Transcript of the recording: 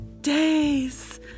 days